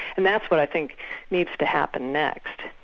and that's what i think needs to happen next.